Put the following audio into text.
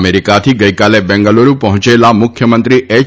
અમેરિકાથી ગઈકાલે બેંગલુરૂ પહોંચેલા મુખ્યમંત્રી એચ